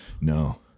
No